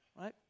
right